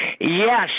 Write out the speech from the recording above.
Yes